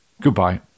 goodbye